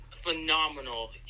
phenomenal